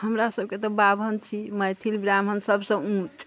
हमरा सभके तऽ ब्राह्मण छी मैथिल ब्राह्मण सभसँ ऊँच